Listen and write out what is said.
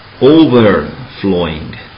overflowing